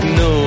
no